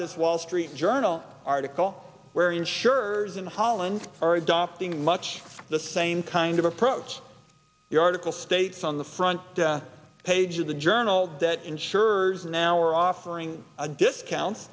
this wall street journal article where insurers in holland are adopting much the same kind of approach the article states on the front page of the journal that insurers now are offering a discount